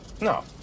No